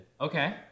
Okay